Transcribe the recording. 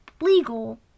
legal